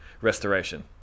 restoration